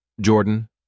Jordan